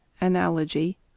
Analogy